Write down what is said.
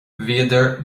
bhíodar